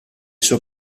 suo